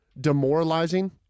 demoralizing